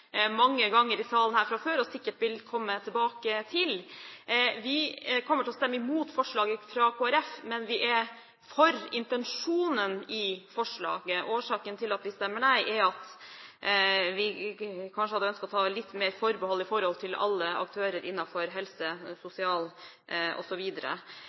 mange ganger i salen her før, og sikkert vil komme tilbake til. Vi kommer til å stemme imot forslaget fra Kristelig Folkeparti, men vi er for intensjonen i forslaget. Årsaken til at vi stemmer nei, er at vi hadde ønsket å ta litt mer forbehold i forhold til alle aktører som yter helse-